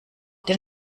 den